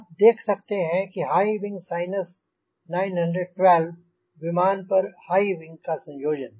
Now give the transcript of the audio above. आप देख सकते हैं हाई विंग साइनस 912 विमान पर हाई विंग का संयोजन